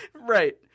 Right